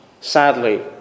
Sadly